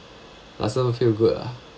doesn't feel good lah